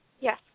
Yes